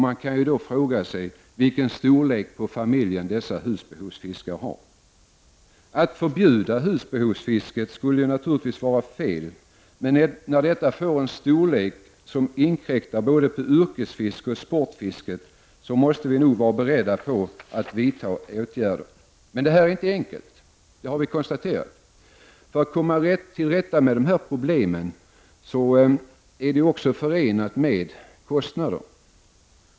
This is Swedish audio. Man kan då fråga sig vilken storlek på familjen dessa husbehovsfiskare har. Att förbjuda husbehovsfisket skulle naturligtvis vara fel, men när detta får en storlek som inkräktar både på yrkesfisket och sportfisket måste vi nog vara beredda att vidta åtgärder. Men detta är inte enkelt, det har vi konstaterat. Att komma till rätta med dessa problem är också förenat med kostnader.